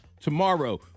tomorrow